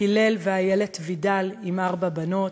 הלל ואיילת וידל עם ארבע בנות,